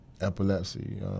epilepsy